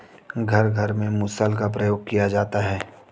घर घर में मुसल का प्रयोग किया जाता है